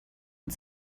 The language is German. und